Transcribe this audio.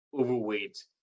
overweight –